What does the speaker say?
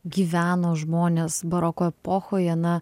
gyveno žmonės baroko epochoje na